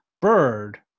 bird